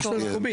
הרשות המקומית.